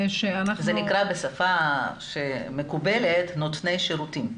בשפה המקובלת זה נקרא נותני שירותים.